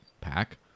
pack